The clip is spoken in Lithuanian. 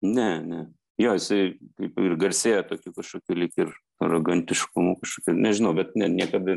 ne ne jo jisai kaip ir garsėja tokiu kažkokiu lyg ir arogantiškumu kažkokiu nežinau bet ne niekada